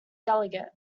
delegate